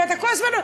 אתה כל הזמן,